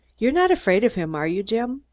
you're not afraid of him, are you, jim?